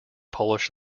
polish